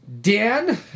Dan